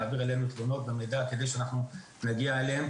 להעביר אלינו תלונות ומידע כדי שאנחנו נגיע אליהם